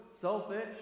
selfish